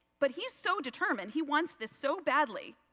but he is so determined he wants this so badly,